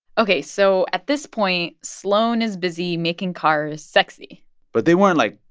ok. so at this point, sloan is busy making cars sexy but they weren't, like,